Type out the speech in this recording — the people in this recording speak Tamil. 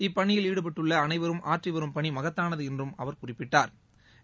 இப்பணியில் ஈடுபட்டுள்ள அனைவரும் ஆற்றி வரும் பணி மகத்தானது என்றும் அவர் குறிப்பிட்டா்